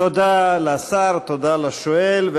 תודה לשר, תודה לשואל.